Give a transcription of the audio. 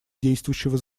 действующего